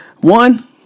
One